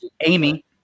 Amy